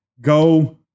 go